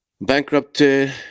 bankrupted